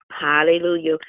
Hallelujah